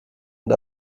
und